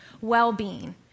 well-being